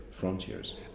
frontiers